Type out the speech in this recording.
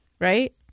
right